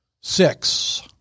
Six